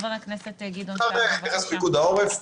בבקשה, פיקוד העורף.